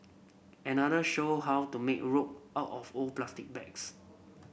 another showed how to make rope out of old plastic bags